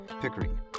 Pickering